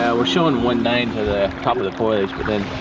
we're showing one nine to the top of the boat edge